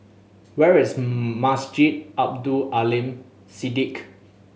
where is Masjid Abdul Aleem Siddique